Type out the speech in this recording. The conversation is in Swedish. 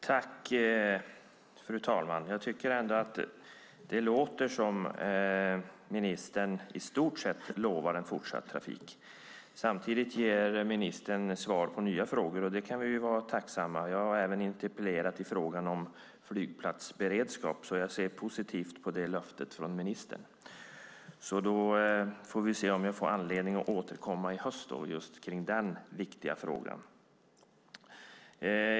Fru talman! Jag tycker ändå att det låter som att ministern i stort sett lovar en fortsatt trafik. Samtidigt ger ministern svar på nya frågor, och det kan vi vara tacksamma för. Jag har även interpellerat i frågan om flygplatsberedskap, så jag ser positivt på detta löfte från ministern. Vi får se om jag får anledning att återkomma i höst kring denna viktiga fråga.